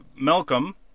Malcolm